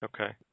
Okay